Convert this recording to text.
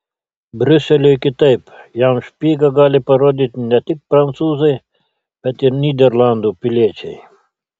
briuseliui kitaip jam špygą gali parodyti ne tik prancūzai bet ir nyderlandų piliečiai